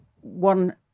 One